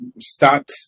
start